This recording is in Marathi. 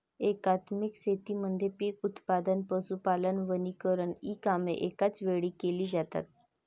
एकात्मिक शेतीमध्ये पीक उत्पादन, पशुपालन, वनीकरण इ कामे एकाच वेळी केली जातात